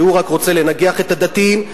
והוא רק רוצה לנגח את הדתיים,